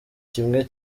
kimwe